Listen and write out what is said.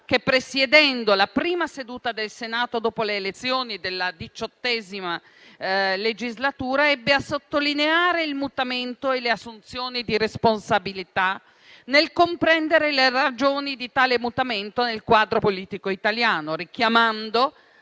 che, presiedendo la prima seduta del Senato dopo le elezioni della XVIII legislatura, ebbe a sottolineare il mutamento e le assunzioni di responsabilità nel comprendere le ragioni di tale mutamento nel quadro politico italiano, richiamando